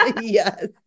Yes